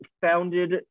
founded